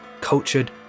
cultured